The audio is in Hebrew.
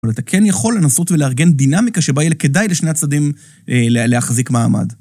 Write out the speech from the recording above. אבל אתה כן יכול לנסות ולארגן דינמיקה שבה יהיה כדאי לשני הצדדים להחזיק מעמד.